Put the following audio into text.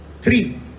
three